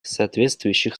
соответствующих